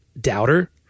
doubter